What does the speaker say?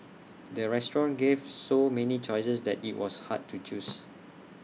the restaurant gave so many choices that IT was hard to choose